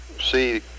see